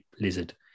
lizard